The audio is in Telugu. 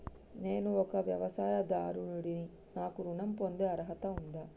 నేను ఒక వ్యవసాయదారుడిని నాకు ఋణం పొందే అర్హత ఉందా?